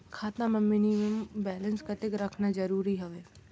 खाता मां minimum balance कतेक रखना जरूरी हवय?